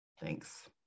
Thanks